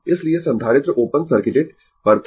इसलिए संधारित्र open circuited पर था